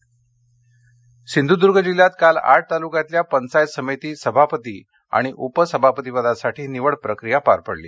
निवडणक सिंधर्द्य सिंधूदूर्ग जिल्ह्यात काल आठ तालुक्यातल्या पंचायत समिती सभापती आणि उपसभापती पदासाठी निवड प्रक्रीया पार पडली